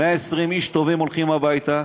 120 איש טובים הולכים הביתה.